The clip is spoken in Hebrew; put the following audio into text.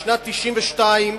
בשנת 1992,